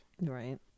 Right